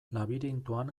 labirintoan